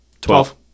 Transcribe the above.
Twelve